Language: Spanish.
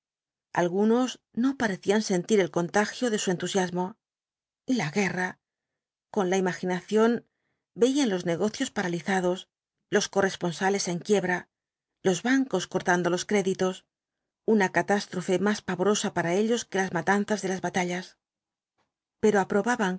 algunos no parecían sentir el contagio de su entusiasmo la guerra con la imaginación veían los negocios paraliza i dos los corresponsales en quiebra los bancos cortando los créditos una catástrofe más pavorosa para ellos que las matanzas de las batallas pero aprobaban